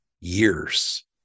years